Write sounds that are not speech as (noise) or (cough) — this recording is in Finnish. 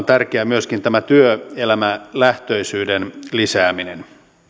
(unintelligible) tärkeää myöskin työelämälähtöisyyden lisääminen